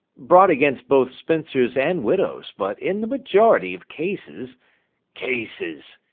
brought against both spinsters and widows, but, in the majority of cases cases!